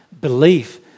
belief